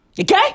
Okay